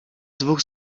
dwóch